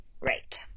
Right